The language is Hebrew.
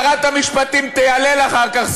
שרת המשפטים תיילל אחר כך,